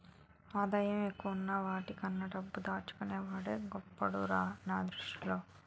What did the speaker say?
ఆదాయం ఎక్కువున్న వాడికన్నా డబ్బు దాచుకున్న వాడే గొప్పోడురా నా దృష్టిలో